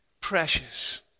precious